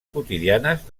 quotidianes